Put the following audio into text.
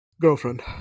Girlfriend